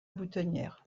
boutonnière